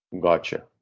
Gotcha